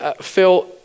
Phil